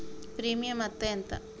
Premium అత్తే ఎంత?